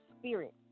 spirit